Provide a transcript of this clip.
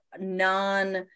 non-